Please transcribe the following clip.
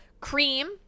cream